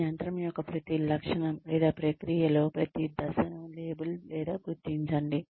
వారు యంత్రం యొక్క ప్రతి లక్షణాన్ని గుర్తించాలి లేదా ప్రక్రియలో అడుగు పెట్టాలి